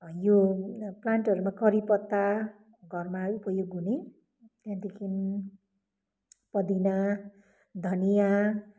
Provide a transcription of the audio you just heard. यो प्लान्टहरूमा करिपत्ता घरमा उपयोग हुने त्यहाँदेखि पुदिना धनियाँ